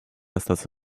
остаться